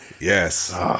Yes